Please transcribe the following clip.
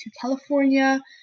California